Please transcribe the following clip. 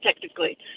technically